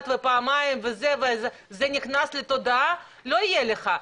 ופעמיים וזה נכנס לתודעה לא יהיה לך.